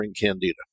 candida